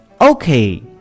Okay